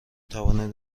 توانید